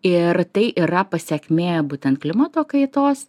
ir tai yra pasekmė būtent klimato kaitos